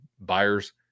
Buyers